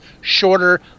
shorter